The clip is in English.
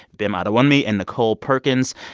bim adewunmi and nichole perkins.